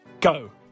Go